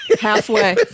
halfway